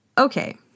Okay